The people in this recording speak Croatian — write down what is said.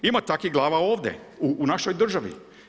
Ima takvih glava ovdje u našoj državi.